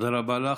תודה רבה לך.